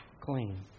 clean